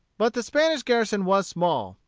but the spanish garrison was small,